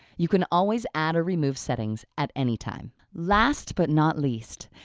you can always add or remove settings at any time. last but not least,